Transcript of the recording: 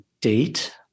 date